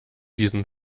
diesen